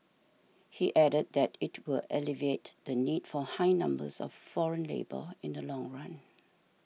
he added that it will alleviate the need for high numbers of foreign labour in the long run